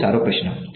બહુ સારો પ્રશ્ન